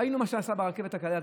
ראינו מה שנעשה ברכבת הקלה,